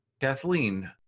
Kathleen